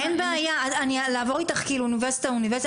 אין בעיה, לעבור אתך אוניברסיטה-אוניברסיטה?